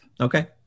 Okay